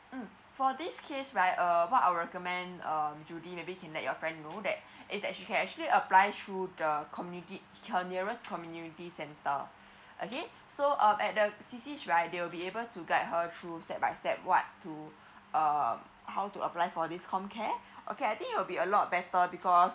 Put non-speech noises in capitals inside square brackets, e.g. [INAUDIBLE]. mm for this case right uh what I will recommend um judy maybe can let your friends know that [BREATH] it's that she can actually apply through the community her nearest community centre [BREATH] okay so uh at the C_C right there will be able to guide her full step by step what to [BREATH] uh how to apply for this comcare [BREATH] okay I think it will be a lot better because